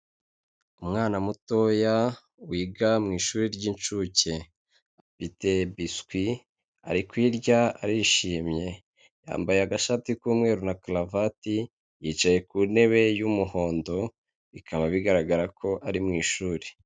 Umwana mutoya wiga mu ishuri ry'incuke afite biswi ari kuyirya, arishimye yambaye agashati k'umweru na karuvati yicaye ku ntebe y'umuhondo bikaba bigaragara ko ari mu ishuri.